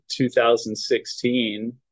2016